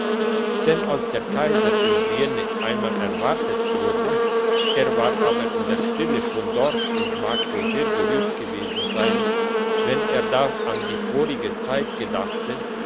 denn als der kaiser in brienne einmal erwartet wurde er war aber in der stille schon dort und mag wohl sehr gerührt gewesen sein wenn er da an die vorige zeit gedachte